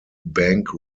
bank